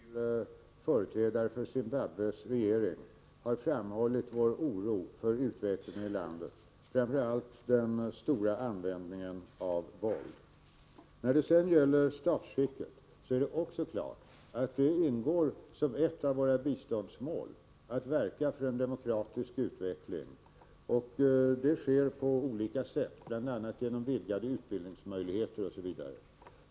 Herr talman! Det kan inte vara obekant för Lars Hjertén att vi upprepade gånger till företrädare för Zimbabwes regering har framhållit vår oro för utvecklingen i landet, framför allt för den stora användningen av våld. När det sedan gäller statsskicket är det också klart att det ingår som ett av våra biståndsmål att verka för en demokratisk utveckling. Det sker på olika sätt, bl.a. genom vidgade utbildningsmöjligheter osv.